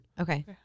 Okay